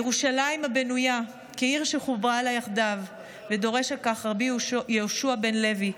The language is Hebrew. "ירושלים הבנויה כעיר שחוברה לה יחדיו"; דורש על כך רבי יהושע בן לוי,